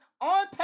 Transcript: on